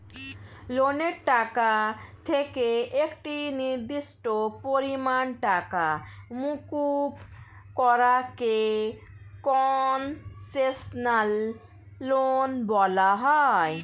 লোনের টাকা থেকে একটি নির্দিষ্ট পরিমাণ টাকা মুকুব করা কে কন্সেশনাল লোন বলা হয়